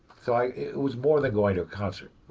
so it was more than going to a concert.